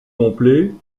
complet